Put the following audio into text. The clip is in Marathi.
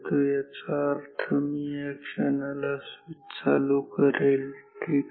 याचा अर्थ मी या क्षणाला स्विच चालू करेल ठीक आहे